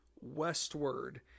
westward